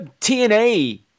TNA